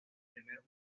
primeros